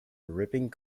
ripping